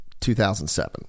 2007